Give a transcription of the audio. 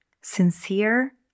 sincere